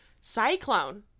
Cyclone